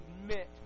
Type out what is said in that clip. admit